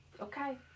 Okay